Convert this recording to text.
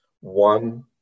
one